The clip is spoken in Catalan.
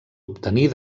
obtenir